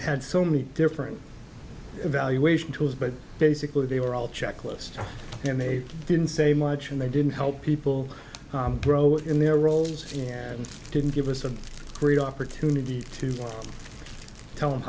had so many different evaluation tools but basically they were all checklists and they didn't say much and they didn't help people grow in their role and didn't give us a great opportunity to tell them